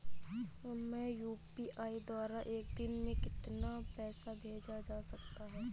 मैं यू.पी.आई द्वारा एक दिन में कितना पैसा भेज सकता हूँ?